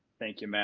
thank you, matt,